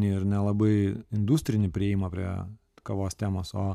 ir nelabai industrinį priėjimą prie kavos temos o